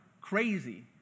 Crazy